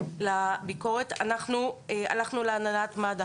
אנחנו הלכנו להנהלת מד"א